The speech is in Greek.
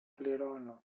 πληρώνω